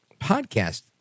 podcast